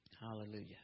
Hallelujah